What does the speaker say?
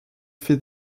fait